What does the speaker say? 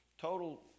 total